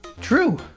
True